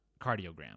cardiogram